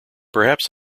perhaps